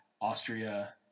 Austria